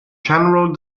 general